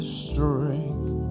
strength